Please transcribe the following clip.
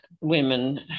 women